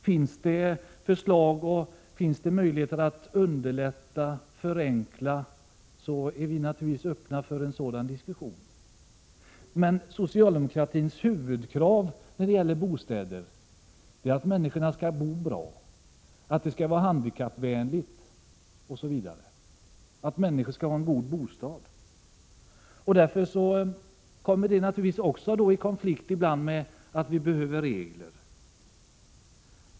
Finns det förslag och möjligheter till förenklingar är vi naturligtvis öppna för en diskussion av dessa, men socialdemokratins huvudkrav när det gäller bostäder är att människorna skall ha goda bostäder och att boendet skall vara handikappvänligt. Man kommer naturligtvis ibland i konflikt med behovet av regler.